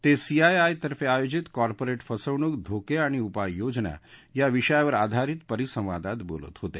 ते सीआयआय तर्फे आयोजित कॉर्पोरेट फसवणूक धोके आणि उपाययोजना या विषयावर आधारित परिसंवादात बोलत होते